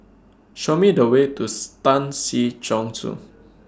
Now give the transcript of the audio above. Show Me The Way to Tan Si Chong Su